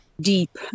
deep